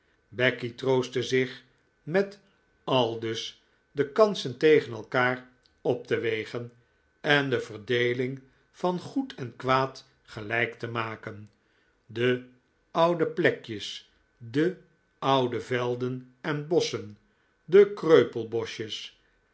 becky troostte zich met aldus de kansen tegen elkaar op te wegen en de verdeeling van goed en kwaad gelijk te maken de oude plekjes de oude velden en bosschen de